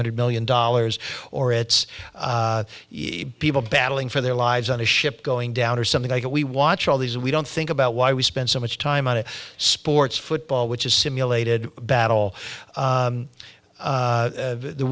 hundred million dollars or it's people battling for their lives on a ship going down or something like that we watch all these we don't think about why we spend so much time on sports football which is simulated battle